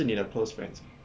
这是你的 close friends